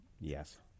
Yes